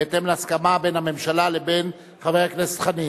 בהתאם להסכמה בין הממשלה לבין חבר הכנסת חנין.